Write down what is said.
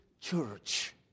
church